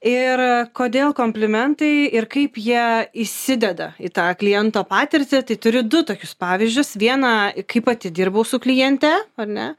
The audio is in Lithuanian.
ir kodėl komplimentai ir kaip jie įsideda į tą kliento patirtį tai turiu du tokius pavyzdžius vieną kai pati dirbau su kliente ar ne